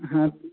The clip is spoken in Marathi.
हां